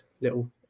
little